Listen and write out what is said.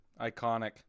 Iconic